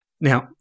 Now